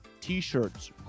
T-shirts